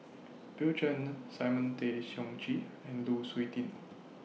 Bill Chen Simon Tay Seong Chee and Lu Suitin